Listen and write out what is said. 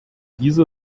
diese